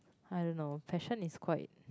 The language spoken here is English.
I don't know passion is quite